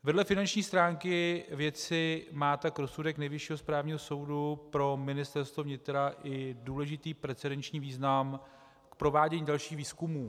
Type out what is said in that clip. Vedle finanční stránky věci má tak rozsudek Nejvyššího správního soudu pro Ministerstvo vnitra i důležitý precedenční význam k provádění dalších výzkumů.